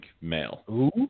male